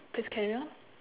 please carry on